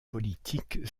politique